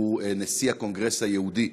שהוא נשיא הקונגרס היהודי